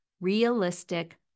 realistic